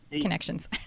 connections